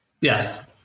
Yes